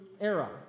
era